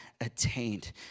attained